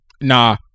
Nah